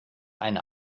eine